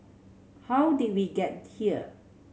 how did we get here